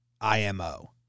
IMO